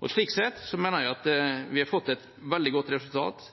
grunnlag. Slik sett mener jeg at vi har fått et veldig godt resultat.